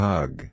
Hug